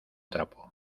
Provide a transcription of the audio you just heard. trapo